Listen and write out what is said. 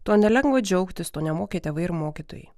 tuo nelengva džiaugtis to nemokė tėvai ir mokytojai